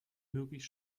möglich